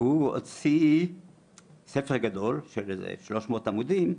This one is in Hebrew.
הוציא ספר גדול, של כשלוש מאות עמודים,